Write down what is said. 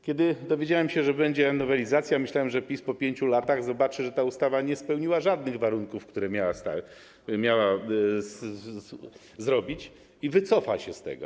Kiedy dowiedziałem się, że będzie nowelizacja, myślałem, że PiS po 5 latach zobaczył, że ta ustawa nie spełniła żadnych warunków, które miała spełnić, i wycofa się z tego.